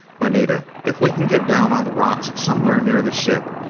anita, if we can get down on the rocks somewhere near the ship,